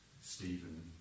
Stephen